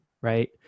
right